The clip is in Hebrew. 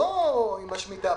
לא עם השמיטה.